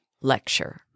lecture